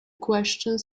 question